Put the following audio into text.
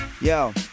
Yo